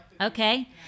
Okay